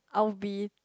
I will be